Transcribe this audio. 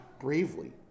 bravely